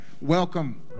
Welcome